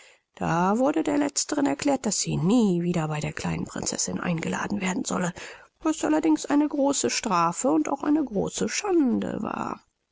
da wurde der letzteren erklärt daß sie nie wieder bei der kleinen prinzessin eingeladen werden solle was allerdings eine große strafe und auch eine große schande war